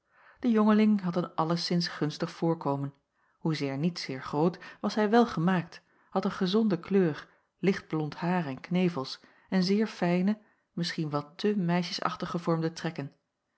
de jongeling had een alleszins gunstig voorkomen hoezeer niet zeer groot was hij welgemaakt had een gezonde kleur lichtblond haar en knevels en zeer fijne misschien wat te meisjesachtig gevormde trekken